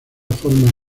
forma